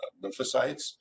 lymphocytes